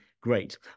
Great